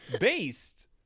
Based